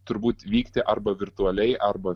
turbūt vykti arba virtualiai arba